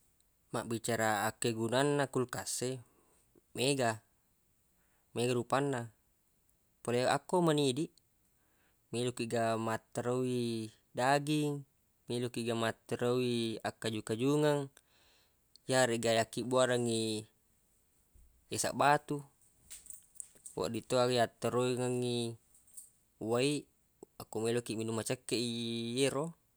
Mabbicara akkegunanna kulkas e mega mega rupanna pole akko meni idiq meloq kiq ga matterowi daging meloq kiq ga matterowi akkaju-kajungngeng yaregga yakkebbuarengngi eseq batu wedding toi aga yattaroingengngi wai akko meloq i minung macekkeq i ero.